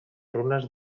runes